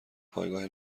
پایگاه